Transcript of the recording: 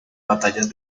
batallas